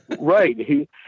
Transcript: Right